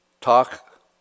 talk